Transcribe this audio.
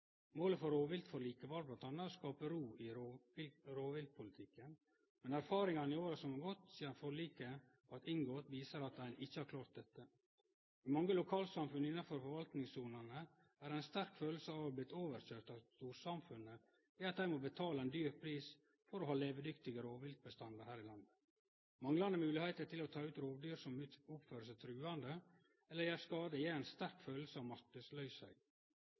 Målet for rovviltforliket var bl.a. å skape ro i rovviltpolitikken, men erfaringane i åra som har gått sidan forliket vart inngått, viser at ein ikkje har klart dette. I mange lokalsamfunn innanfor forvatningssonene har ein ei sterk kjensle av å ha blitt overkjørt av storsamfunnet ved at dei må betale ein høg pris for å ha levedyktige rovviltbestandar her i landet. Manglande moglegheiter til å ta ut rovdyr som oppfører seg truande eller gjer skade, gjev ei sterk